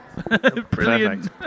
Perfect